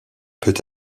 peut